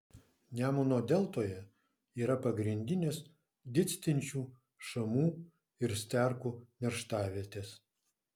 nemuno deltoje yra pagrindinės didstinčių šamų ir sterkų nerštavietės